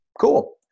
cool